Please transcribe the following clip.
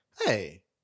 Hey